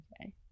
okay